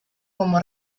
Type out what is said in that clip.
como